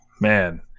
Man